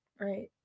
right